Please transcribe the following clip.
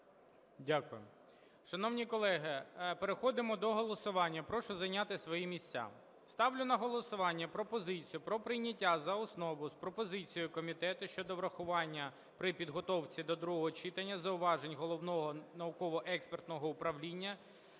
Дякую. Шановні колеги, переходимо до голосування. Прошу зайняти свої місця. Ставлю на голосування пропозицію про прийняття за основу з пропозицією комітету щодо врахування при підготовці до другого читання зауважень Головного науково-експертного управління